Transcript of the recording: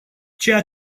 ceea